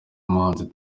umuhanzi